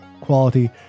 quality